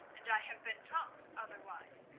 and i have been taught otherwise.